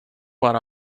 what